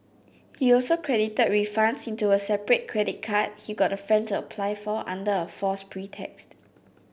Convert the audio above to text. he also credited refunds into a separate credit card he got a friend to apply for under a false pretext